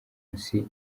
musi